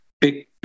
big